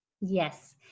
yes